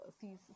sees